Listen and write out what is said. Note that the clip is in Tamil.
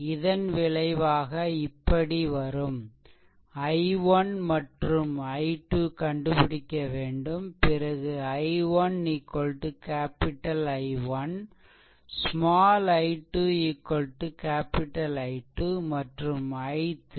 இதன் விளைவாக இப்படி வரும் i1 மற்றும் I2 கண்டுபிடிக்க வேண்டும்பிறகு i1 capital I1 small i2 capital I2 மற்றும் i3